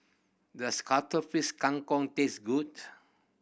does Cuttlefish Kang Kong taste good